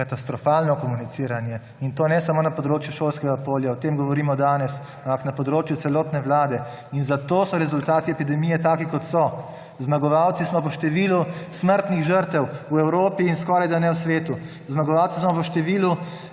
katastrofalno komuniciranje; in to ne samo na področju šolskega polja, o tem govorimo danes, ampak na področju celotne vlade. In zato so rezultati epidemije taki, kot so. Zmagovalci smo po številu smrtnih žrtev v Evropi in skoraj da ne v svetu. Zmagovalci smo po številu